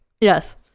yes